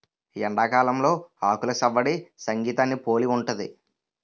ఎండాకాలంలో ఆకులు సవ్వడి సంగీతాన్ని పోలి ఉంటది